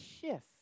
shift